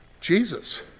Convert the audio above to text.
Jesus